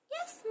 Yes